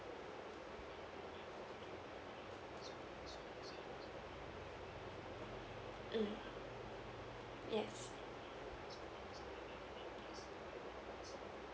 mm yes